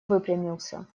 выпрямился